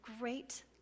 great